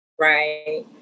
Right